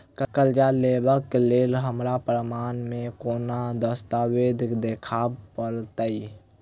करजा लेबाक लेल हमरा प्रमाण मेँ कोन दस्तावेज देखाबऽ पड़तै?